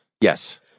Yes